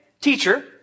Teacher